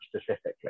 specifically